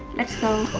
let's go!